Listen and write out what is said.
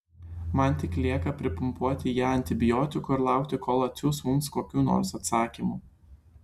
man tik lieka pripumpuoti ją antibiotikų ir laukti kol atsiųs mums kokių nors atsakymų